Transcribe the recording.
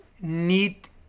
need